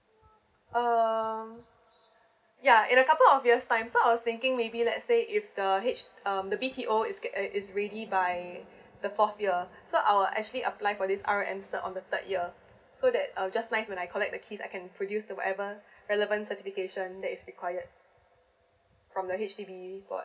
um yeah in a couple of years time so I was thinking maybe let's say if the H um the B_T_O is ge~ is ready by the fourth year so I'll actually apply for this R_M cert on the third year so that uh just nice when I collect the keys I can produce the whatever relevant certification that is required from the H_D_B board